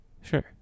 sure